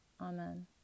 Amen